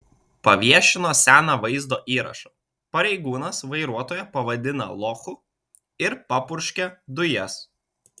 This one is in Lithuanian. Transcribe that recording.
paviešino seną vaizdo įrašą pareigūnas vairuotoją pavadina lochu ir papurškia dujas